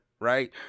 Right